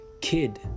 kid